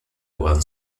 one